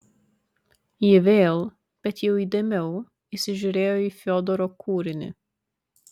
ji vėl bet jau įdėmiau įsižiūrėjo į fiodoro kūrinį